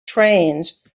trains